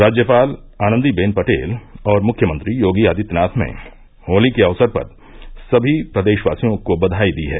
राज्यपाल आनंदीवेन पटेल और मुख्यमंत्री योगी आदित्यनाथ ने होली के अवसर पर समी प्रदेशवासियों को बधाई दी है